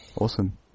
Awesome